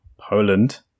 Poland